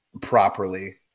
properly